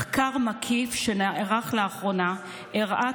מחקר מקיף שנערך לאחרונה הראה